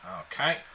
Okay